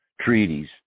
treaties